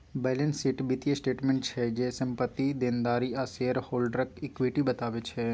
balance sheet बित्तीय statement छै जे, संपत्ति, देनदारी आ शेयर हॉल्डरक इक्विटी बताबै छै